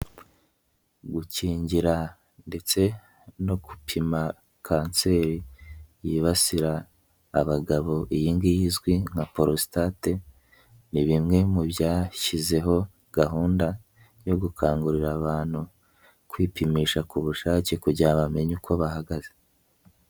Gukingira ndetse no gupima kanseri yibasira abagabo iyi ngiyi izwi nka porositate ni bimwe mu byashyizeho gahunda yo gukangurira abantu kwipimisha ku bushake kugira bamenye uko bahagaze.